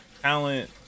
Talent